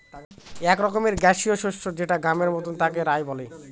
এক রকমের গ্যাসীয় শস্য যেটা গমের মতন তাকে রায় বলে